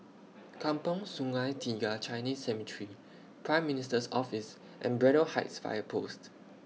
Kampong Sungai Tiga Chinese Cemetery Prime Minister's Office and Braddell Heights Fire Post